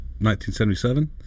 1977